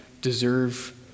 deserve